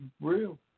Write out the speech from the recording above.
real